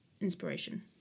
inspiration